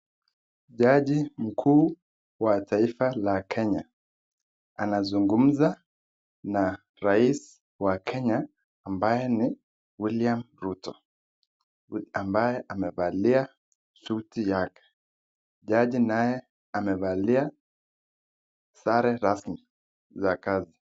Jaji mkuu wa taifa la Kenya anazungumza na rais wa Kenya ambaye ni William ruto ambaye amevalia suti yake jaji naye amevalia sare rasmi ya kazi.